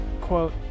Quote